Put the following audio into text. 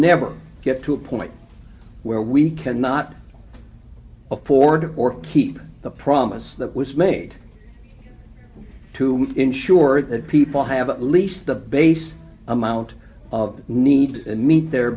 never get to a point where we cannot afford or keep the promise that was made to ensure that people have at least the base amount of need to meet their